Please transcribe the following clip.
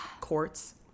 courts